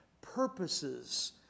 purposes